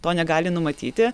to negali numatyti